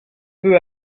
peu